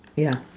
ya